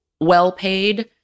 well-paid